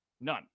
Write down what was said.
None